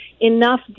enough